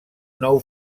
nou